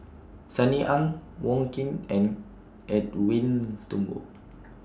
Sunny Ang Wong Keen and Edwin Thumboo